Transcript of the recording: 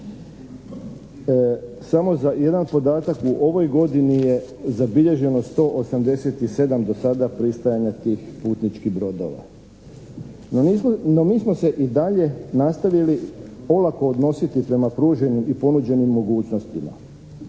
Samo jedan podatak, u ovoj godini je zabilježeno 187 do sada pristajanja tih putničkih brodova, no mi smo se i dalje nastavili olako odnositi prema pruženim i ponuđenim mogućnostima.